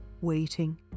waiting